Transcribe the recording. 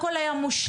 הכל היה מושלם,